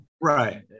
Right